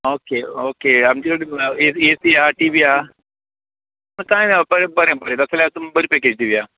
okay okay आमच्या A C A C आसा T V आसा काय ना बरें बरें तशें जाल्यार तुमकां बरीं पेकॅज दिवया